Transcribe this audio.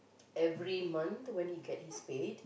every month when he get his paid